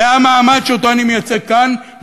זה המעמד שאני מייצג כאן,